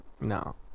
No